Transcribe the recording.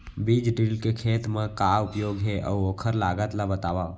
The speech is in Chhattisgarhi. बीज ड्रिल के खेत मा का उपयोग हे, अऊ ओखर लागत ला बतावव?